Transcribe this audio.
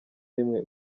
rimwe